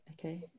okay